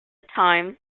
time